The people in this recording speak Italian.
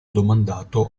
domandato